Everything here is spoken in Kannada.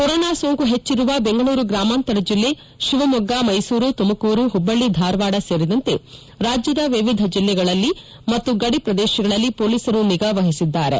ಕೊರೋನಾ ಸೋಂಕು ಹೆಚ್ಚರುವ ಬೆಂಗಳೂರು ಗ್ರಾಮಾಂತರ ಜಿಲ್ಲೆ ಶಿವಮೊಗ್ಗ ಮೈಸೂರು ತುಮಕೂರು ಹುಬ್ಬಳ್ಳಿ ಧಾರವಾಡ ಸೇರಿದಂತೆ ರಾಜ್ಜದ ವಿವಿಧ ಜಿಲ್ಲೆಗಳಲ್ಲಿ ಮತ್ತು ಗಡಿ ಪ್ರದೇಶಗಳಲ್ಲಿ ಪೊಲೀಸರು ನಿಗಾ ವಹಿಸಿದ್ದಾರೆ